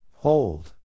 Hold